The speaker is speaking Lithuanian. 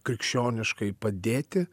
krikščioniškai padėti